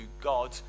God